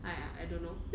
!aiya! I don't know